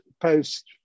post